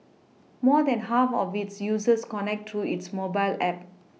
more than half of its users connect through its mobile app